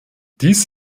dies